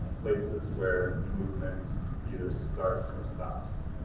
places where movement either starts or stops